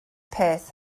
peth